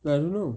I don't know